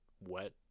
wet